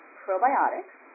probiotics